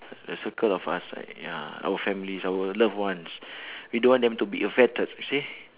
the circle of us for ya our family our love ones we don't want them to be affected you see